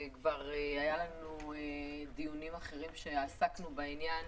כבר היו לנו דיונים אחרים בהם עסקנו בעניין.